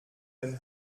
den